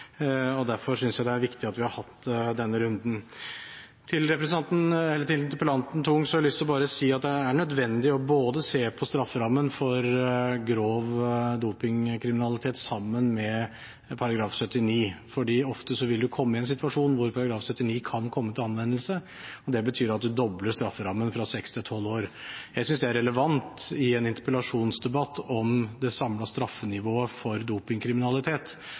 Derfor synes jeg det er viktig at vi har hatt denne runden. Til interpellanten Tung har jeg bare lyst til å si at det er nødvendig å se på strafferammen for grov dopingkriminalitet sammen med § 79, for ofte vil det komme en situasjon der § 79 kan komme til anvendelse. Det betyr at en dobler strafferammen, fra seks til tolv år. Jeg synes det er relevant i en interpellasjonsdebatt om det samlede straffenivået for dopingkriminalitet.